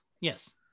yes